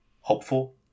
hopeful